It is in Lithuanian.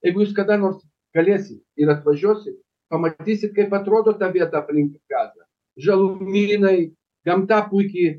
jeigu jūs kada nors galėsit ir atvažiuosit pamatysit kaip atrodo ta vieta aplink gazą žalumynai gamta puiki